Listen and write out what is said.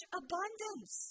abundance